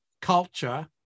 culture